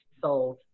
sold